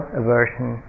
aversion